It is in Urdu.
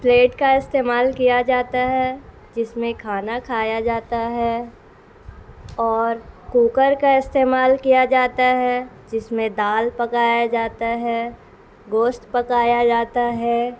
پلیٹ کا استعمال کیا جاتا ہے جس میں کھانا کھایا جاتا ہے اور کوکر کا استعمال کیا جاتا ہے جس میں دال پکایا جاتا ہے گوشت پکایا جاتا ہے